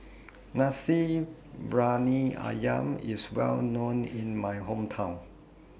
Nasi Briyani Ayam IS Well known in My Hometown